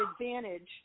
advantage